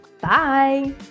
Bye